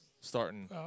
starting